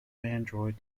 android